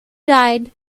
died